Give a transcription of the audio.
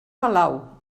palau